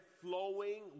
flowing